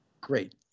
great